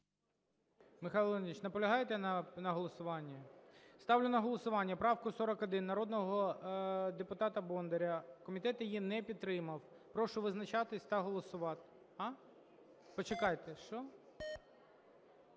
Михайло Леонтійович, наполягаєте на голосуванні? Ставлю на голосування правку 41 народного депутата Бондаря. Комітет її не підтримав. Прошу визначатись та… А? Почекайте.